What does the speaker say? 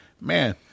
man